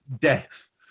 death